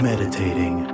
Meditating